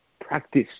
practice